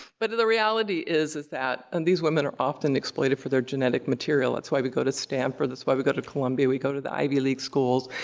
but the reality is, is that and these women are often exploited for their genetic material. that's why we go to stanford, that's why we go to columbia. we go to the ivy league schools,